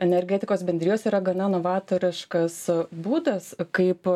energetikos bendrijos yra gana novatoriškas būdas kaip